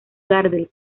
gardel